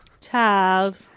Child